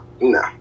No